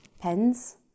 pens